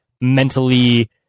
mentally